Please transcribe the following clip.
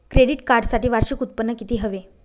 Credit कार्डसाठी वार्षिक उत्त्पन्न किती हवे?